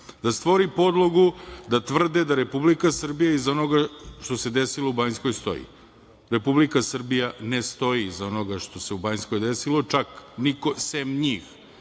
da stvori podlogu da tvrde da Republika Srbija stoji iza onoga što se desilo u Banjskoj. Republika Srbija ne stoji iza onoga što se u Banjskoj desilo, čak niko sem njih